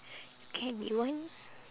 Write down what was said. can you want